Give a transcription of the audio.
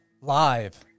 live